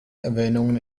erwähnungen